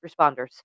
responders